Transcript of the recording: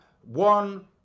one